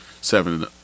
seven